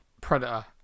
Predator